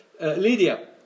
Lydia